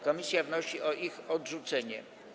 Komisja wnosi o ich odrzucenie.